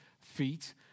feet